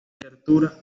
arquitectura